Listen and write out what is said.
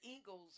eagles